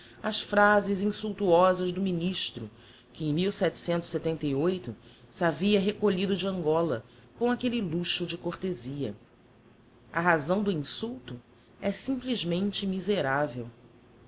ás phrases insultuosas do ministro que em se havia recolhido de angola com aquelle luxo de cortezia a razão do insulto é simplesmente miseravel